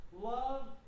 Love